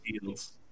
Fields